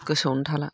गोसोआवनो थाला